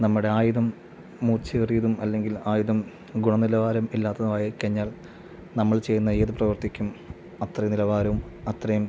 നമ്മടെ ആയുധം മൂർച്ചയേറിയതും അല്ലെങ്കിൽ ആയുധം ഗുണനിലവാരം ഇല്ലാത്തതുമായി കഴിഞ്ഞാൽ നമ്മൾ ചെയ്യുന്ന ഏത് പ്രവൃത്തിക്കും അത്ര നിലവാരവും അത്രയും